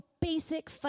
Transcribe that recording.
basic